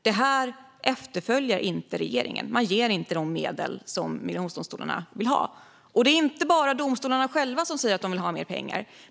Men det efterföljer inte regeringen. Man ger inte de medel som migrationsdomstolarna vill ha. Det är inte bara domstolarna själva som säger att de vill ha mer pengar.